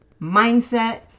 mindset